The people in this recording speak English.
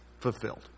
fulfilled